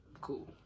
Cool